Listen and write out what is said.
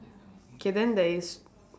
K then there is